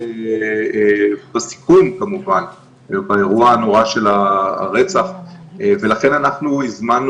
עזר לסיכול כמובן באירוע הנורא של הרצח ולכן אנחנו הזמנו